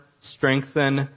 strengthen